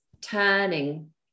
turning